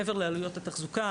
מעבר לעלויות התחזוקה,